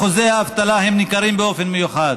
אחוזי האבטלה הם ניכרים באופן מיוחד.